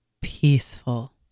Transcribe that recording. peaceful